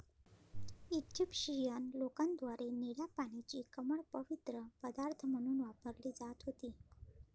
Egyptian लोकांद्वारे निळ्या पाण्याची कमळ पवित्र पदार्थ म्हणून वापरली जात होती